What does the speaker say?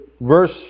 verse